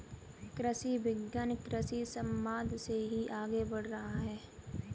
कृषि विज्ञान कृषि समवाद से ही आगे बढ़ रहा है